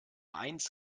eins